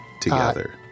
together